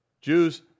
Jews